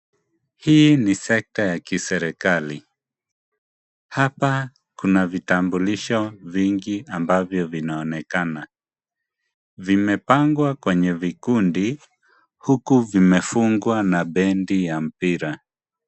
Hii ni sekta ya kiserikali, hapa kuna vitambulisho vingi ambavyo vinaonekana. Vimepangwa kwenye vikundi huku vimefungwa na bendi ya mpira.